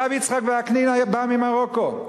הרב יצחק וקנין בא ממרוקו,